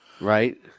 Right